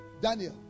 Daniel